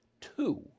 Two